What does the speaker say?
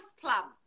plants